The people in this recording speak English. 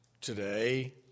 today